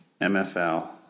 MFL –